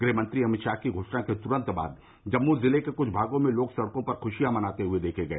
गृहमंत्री अमित शाह की घोषणा के तुरंत बाद जम्मू जिले के कुछ भागों में लोग सड़कों पर खुशियां मनाते हुए देखे गऐ